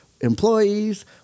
employees